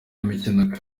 imikino